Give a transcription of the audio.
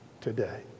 today